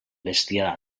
bestiar